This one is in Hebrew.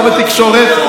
לא בתקשורת,